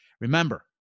Remember